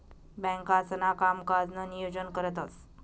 बँकांसणा कामकाजनं नियोजन करतंस